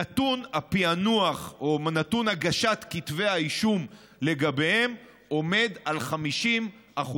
נתון הפענוח או נתון הגשת כתבי האישום לגביהם עומד על 50%,